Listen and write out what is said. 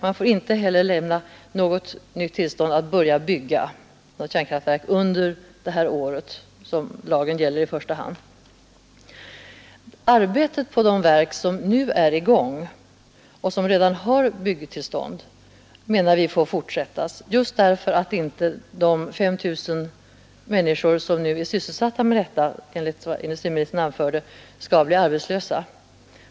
Man får inte heller lämna något nytt tillstånd att börja bygga ett nytt kärnkraftverk under det här året som lagen i första hand gäller. Arbetet på det verk som man nu är i gång med och för vilket byggtillstånd redan beviljats, menar vi får fortsätta — just därför att de 5000 människor som enligt vad industriministern anförde nu är sysselsatta med detta, inte skall bli arbetslösa.